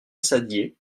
saddier